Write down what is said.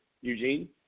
Eugene